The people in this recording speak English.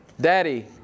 Daddy